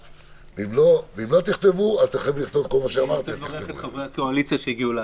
אני מברך את חברי הקואליציה שהגיעו להצבעה.